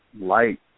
light